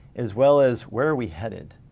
as well as where are we headed?